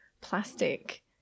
plastic